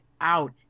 out